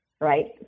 right